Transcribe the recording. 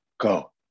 go